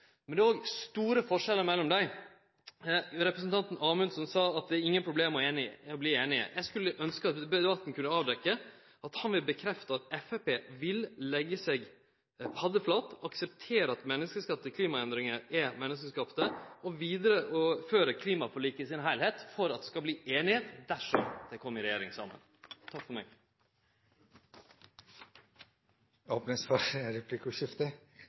Men det er òg store forskjellar mellom dei. Representanten Amundsen sa at det ikkje er noko problem å verte einige. Eg skulle ønskje at debatten kunne avdekkje, at han ville bekrefte, at Framstegspartiet vil leggje seg paddeflat , akseptere at menneskeskapte klimaendringar er menneskeskapte, og vidareføre heile klimaforliket for at partia skal verte einige dersom dei kjem i regjering saman. Det blir replikkordskifte.